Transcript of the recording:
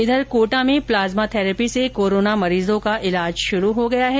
इधर कोटा में plasma therapy से कोरोना मरीजों का इलाज शुरू हो गया है